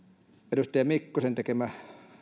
edustaja mikkosen tekemä